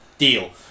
Deal